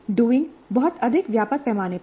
doing बहुत अधिक व्यापक पैमाने पर है